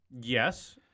Yes